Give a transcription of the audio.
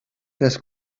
tres